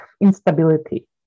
instability